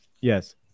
Yes